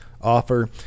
offer